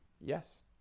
Yes